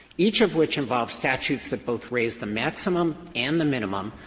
each of which involve statutes that both raised the maximum and the minimum,